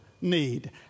need